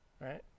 right